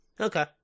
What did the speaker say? Okay